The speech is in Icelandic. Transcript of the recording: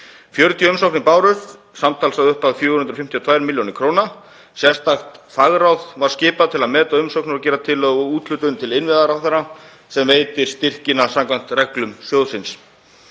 40 umsóknir bárust, samtals að upphæð 452 millj. kr. Sérstakt fagráð var skipað til að meta umsóknir og gera tillögu um úthlutun til innviðaráðherra sem veitir styrkina samkvæmt reglum sjóðsins.